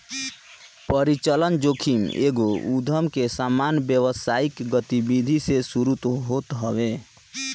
परिचलन जोखिम एगो उधम के सामान्य व्यावसायिक गतिविधि से शुरू होत हवे